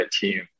team